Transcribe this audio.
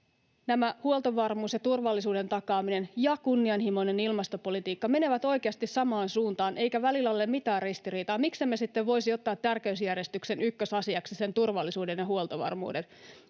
Mikäli huoltovarmuus ja turvallisuuden takaaminen ja kunnianhimoinen ilmastopolitiikka menevät oikeasti samaan suuntaan eikä välillä ole mitään ristiriitaa, miksemme sitten voisi ottaa tärkeysjärjestyksen ykkösasiaksi sitä turvallisuutta ja huoltovarmuutta,